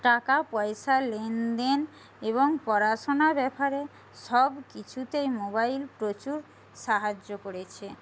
টাকা পয়সা লেনদেন এবং পড়াশোনার ব্যাপারে সব কিছুতেই মোবাইল প্রচুর সাহায্য করেছে